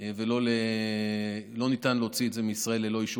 ולא ניתן להוציא את זה מישראל ללא אישורן.